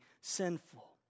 sinful